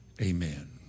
Amen